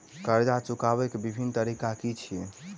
कर्जा चुकबाक बिभिन्न तरीका की अछि?